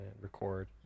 record